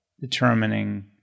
determining